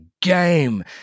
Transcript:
game